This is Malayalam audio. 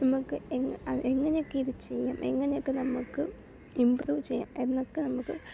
നമ്മൾക്ക് എങ്ങനെയൊക്കെ ഇത് ചെയ്യാം എങ്ങനെയൊക്കെ നമ്മൾക്ക് ഇമ്പ്രൂവ് ചെയ്യാം എന്നൊക്ക നമ്മൾക്ക്